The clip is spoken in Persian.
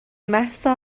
مهسا